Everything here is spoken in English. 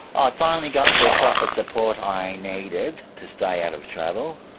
ah i finally got the proper support i needed to stay out of trouble,